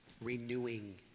renewing